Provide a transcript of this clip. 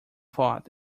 fought